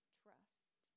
trust